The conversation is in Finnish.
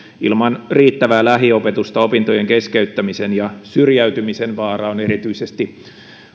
ilman riittävää lähiopetusta opintojen keskeyttämisen ja syrjäytymisen vaara on erityisesti